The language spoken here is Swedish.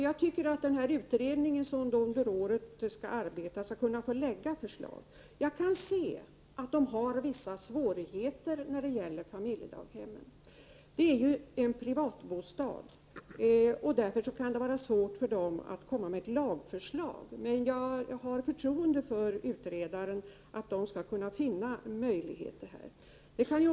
Jag tycker att den utredning som under året kommer att arbeta skall få lägga fram sina förslag. Jag inser att det föreligger vissa svårigheter när det gäller familjedaghemmen. Det handlar ju om privata bostäder, och därför kan det vara svårt för utredningen att komma med ett lagförslag. Men jag har förtroende för att utredaren skall kunna finna möjligheter i detta sammanhang.